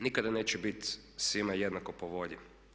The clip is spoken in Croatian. Nikada neće biti svima jednako po volji.